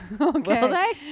Okay